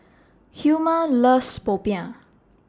Hilma loves Popiah